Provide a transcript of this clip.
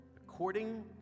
According